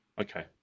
Okay